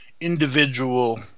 individual